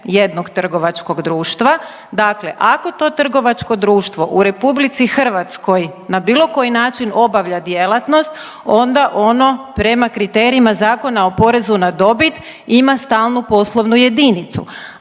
jednog trgovačkog društva, dakle ako to trgovačko društvo u RH na bilo koji način obavlja djelatnost, onda ono prema kriterijima Zakona o porezu na dobit ima stalnu poslovnu jedinicu,